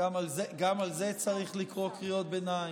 גם על זה צריך לקרוא קריאות ביניים?